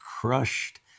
crushed